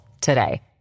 today